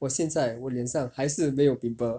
我现在我脸上还是没有 pimple